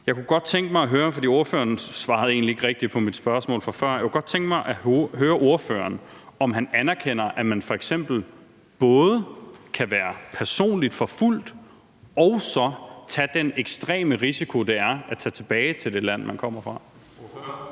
Jeg kunne godt tænke mig at høre ordføreren, om han anerkender, at man f.eks. både kan være personligt forfulgt og så tage den ekstreme risiko, det er, at tage tilbage til det land, man kommer fra.